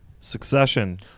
Succession